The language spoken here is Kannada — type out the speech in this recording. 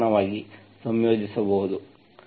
ಗೆ ಸಮಾನವಾಗಿ ಸಂಯೋಜಿಸಬಹುದು